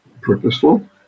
purposeful